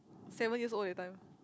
seven years old that time